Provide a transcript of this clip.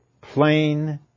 plain